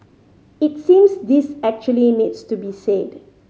it seems this actually needs to be said